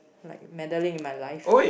like meddling in my life